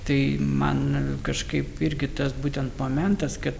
tai man kažkaip irgi tas būtent momentas kad